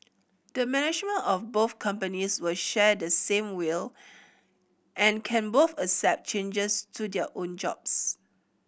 the management of both companies will share the same will and can both accept changes to their own jobs